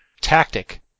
tactic